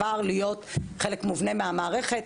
הפך להיות חלק מובנה מהמערכת.